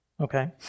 okay